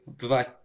Bye-bye